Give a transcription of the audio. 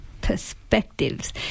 Perspectives